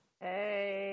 Hey